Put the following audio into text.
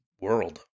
world